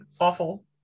awful